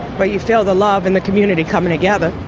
but you feel the love and the community coming together.